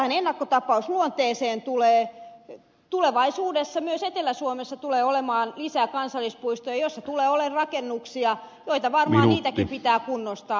mitä tähän ennakkotapausluonteeseen tulee tulevaisuudessa myös etelä suomessa tulee olemaan lisää kansallispuistoja joissa tulee olemaan rakennuksia joita varmaan niitäkin pitää kunnostaa